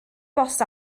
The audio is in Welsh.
bost